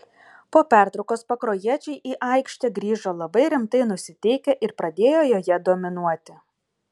po pertraukos pakruojiečiai į aikštę grįžo labai rimtai nusiteikę ir pradėjo joje dominuoti